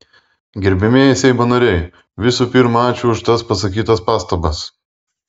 gerbiamieji seimo nariai visų pirma ačiū už tas pasakytas pastabas